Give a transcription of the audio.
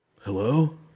Hello